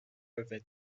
peuvent